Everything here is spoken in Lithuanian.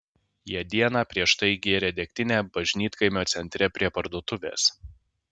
jie dieną prieš tai gėrė degtinę bažnytkaimio centre prie parduotuvės